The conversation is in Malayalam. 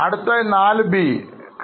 അടുത്തതായി 4b എന്താണ് 4b